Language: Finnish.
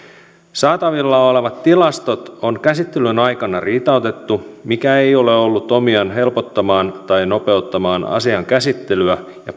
saatavilla olevat tilastot on käsittelyn aikana riitautettu mikä ei ole ollut omiaan helpottamaan tai nopeuttamaan asian käsittelyä ja